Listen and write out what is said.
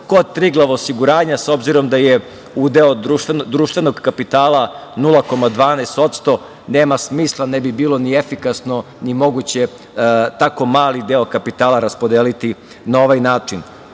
kod „Triglav osiguranja, obzirom da je udeo društvenog kapitala 0,12%. Nema smisla, ne bi bilo ni efikasno i moguće tako mali deo kapitala raspodeliti na ovaj način. Ono